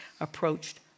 approached